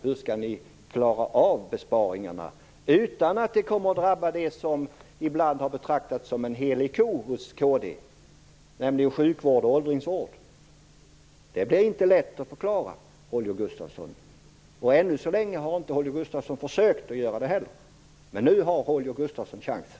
Hur skall ni klara av besparingarna utan att det drabbar det som av Kristdemokraterna ibland betraktats som en helig ko, nämligen sjukvården och åldringsvården? Det blir inte lätt att förklara. Än så länge har Holger Gustafsson heller inte försökt göra det, men nu har han chansen.